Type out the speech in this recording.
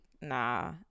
nah